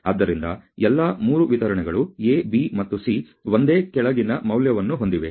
ಆದ್ದರಿಂದ ಎಲ್ಲಾ 3 ವಿತರಣೆಗಳು A B ಮತ್ತು C ಒಂದೇ ಕೆಳಗಿನ ಮೌಲ್ಯವನ್ನು ಹೊಂದಿವೆ